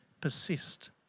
persist